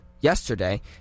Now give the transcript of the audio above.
yesterday